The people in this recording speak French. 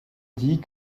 dit